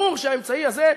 ברור שהאמצעי הזה,